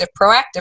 proactive